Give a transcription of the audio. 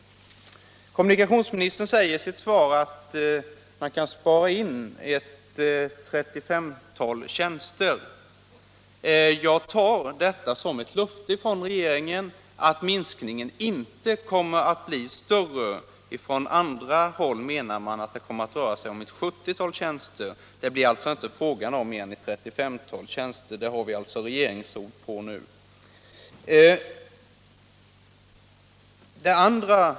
av SJ:selektrobygg Kommunikationsministern säger i sitt svar att man kan spara in ett — nadsavdelning i 35-tal tjänster. Jag tar detta som ett löfte från regeringen att minskningen = Nässjö inte kommer att bli större. Från andra håll menar man att det kommer att röra sig om ett 70-tal tjänster, men det blir alltså inte fråga om mer än ett 35-tal — det har vi regeringsord på nu.